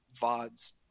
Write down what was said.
VODs